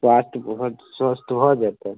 स्वास्थ ओहन स्वस्थ भऽ जेतै